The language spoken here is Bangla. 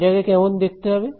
এটাকে কেমন দেখতে হবে